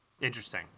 Interesting